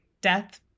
death